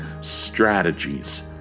strategies